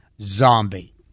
zombie